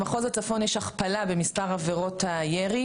במחוז הצפון יש הכפלה של מספר עבירות הירי.